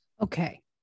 Okay